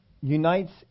unites